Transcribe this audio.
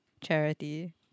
charity